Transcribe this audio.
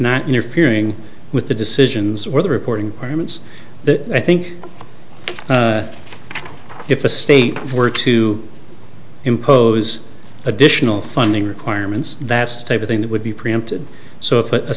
not interfering with the decisions or the reporting arguments that i think if a state were to impose additional funding requirements that type of thing that would be preempted so if